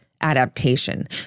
adaptation